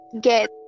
get